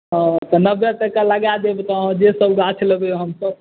हँ तऽ नब्बे टाका लगा देब अहाँ जेसभ गाछ लेबै हम तऽ